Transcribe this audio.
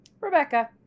Rebecca